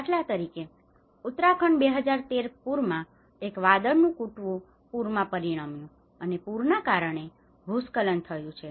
દાખલા તરીકે ઉત્તરાખંડ 2013 પૂરમાં એક વાદળનુ ફૂટવું પૂરમાં પરિણમ્યુ અને પૂરના કારણે ભૂસ્ખલન થયું છે